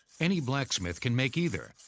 any blacksmith can make either,